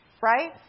right